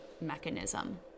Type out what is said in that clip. mechanism